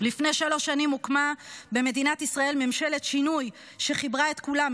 לפני שלוש שנים הוקמה במדינת ישראל ממשלת שינוי שחיברה את כולם,